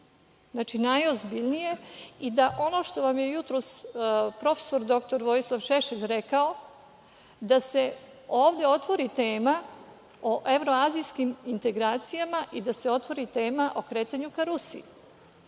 znači, najozbiljnije, i da ono što vam je jutros prof. dr Vojislav Šešelj rekao, da se ovde otvori tema o evroazijskim integracijama i da se otvori tema o okretanju ka